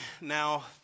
now